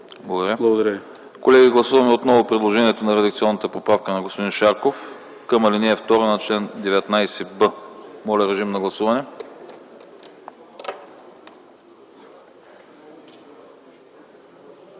Благодаря. Колеги, гласуваме отново предложението за редакционната поправка на господин Шарков към ал. 2 на чл. 19б. Моля да гласуваме.